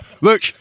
look